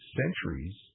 centuries